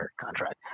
contract